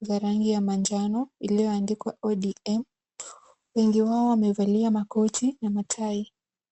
za rangi ya manjano iliyoandikwa ODM. Wengi wao wamevalia makoti na matai.